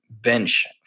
bench